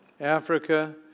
Africa